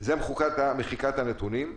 זה מחיקת הנתונים.